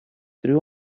трем